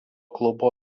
klubo